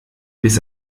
bis